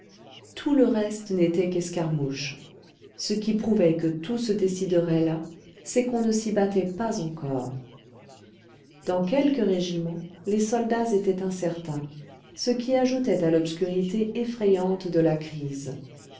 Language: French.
tout le reste n'était qu'escarmouches ce qui prouvait que tout se déciderait là c'est qu'on ne s'y battait pas encore dans quelques régiments les soldats étaient incertains ce qui ajoutait à l'obscurité effrayante de la crise